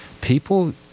People